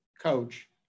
coach